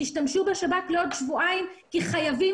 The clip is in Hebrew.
תשתמשו בשב"כ לעוד שבועיים כי חייבים?